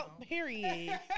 period